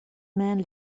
man